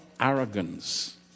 arrogance